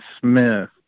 Smith